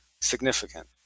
significant